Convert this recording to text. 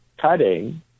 cutting